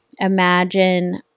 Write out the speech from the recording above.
imagine